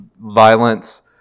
violence